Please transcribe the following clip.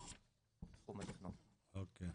--- אוקי.